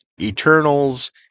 eternals